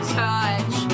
touch